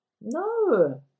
No